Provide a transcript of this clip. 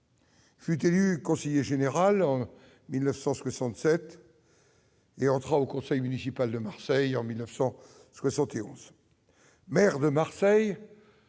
Il fut élu conseiller général en 1967 et entra au conseil municipal de Marseille en 1971. Devenu maire de Marseille